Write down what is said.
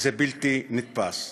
זה בלתי נתפס.